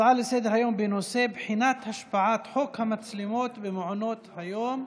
הצעה לסדר-היום בנושא: בחינת השפעת חוק המצלמות במעונות היום,